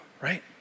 right